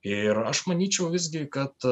ir aš manyčiau visgi kad